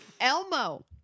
Elmo